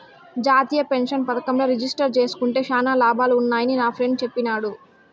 జాతీయ పెన్సన్ పదకంల రిజిస్టర్ జేస్కుంటే శానా లాభాలు వున్నాయని నాఫ్రెండ్ చెప్పిన్నాడు